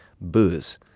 Booze